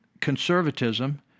conservatism